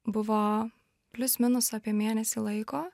buvo plius minus apie mėnesį laiko